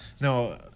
No